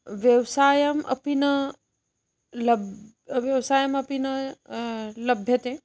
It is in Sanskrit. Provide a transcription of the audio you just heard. व्यवसायम् अपि न लब् व्यवसायमपि न लभ्यते